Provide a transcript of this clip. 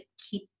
keep